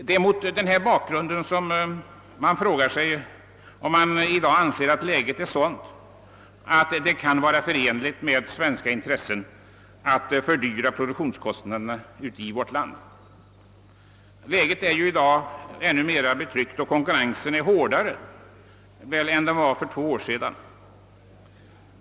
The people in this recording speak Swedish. Det är mot denna bakgrund frågan kan ställas, om man i dag anser läget vara sådant att det kan vara förenligt med svenska intressen att fördyra produktionskostnaderna i vårt land. Läget är i dag ännu mera betryckt och konkurrensen är hårdare än för två år sedan.